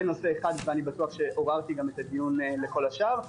זה נושא אחד ואני בטוח שעוררתי את הדיון לכל השאר.